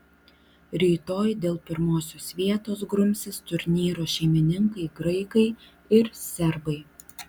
rytoj dėl pirmosios vietos grumsis turnyro šeimininkai graikai ir serbai